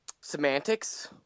semantics